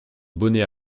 bonnets